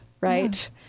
right